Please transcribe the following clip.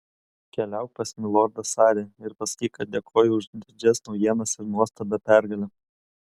keliauk pas milordą sarį ir pasakyk kad dėkoju už didžias naujienas ir nuostabią pergalę